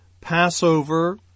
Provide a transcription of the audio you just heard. Passover